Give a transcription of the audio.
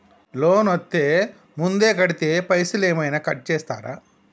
Loan అత్తే ముందే కడితే పైసలు ఏమైనా కట్ చేస్తరా?